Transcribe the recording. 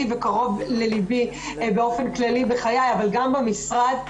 וקרוב לליבי באופן כללי בחיי אבל גם במשרד.